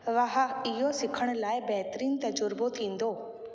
वाह इहो सिखण लाइ बहितरीन तजुर्बो थींदो